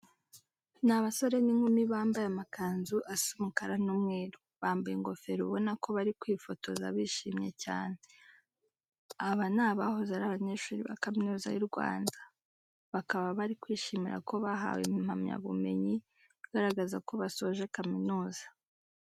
Ni abasore n'inkumi bambaye amakanzu asa umukara n'umweru, bambaye ingofero ubona ko bari kwifotoza bishimye cyane. Abi ni abahoze ari abanyeshuri ba Kaminuza y'u Rwanda, bakaba bari kwishimira ko bahawe impamyabumenyu igaragaza ko basoje kaminuza.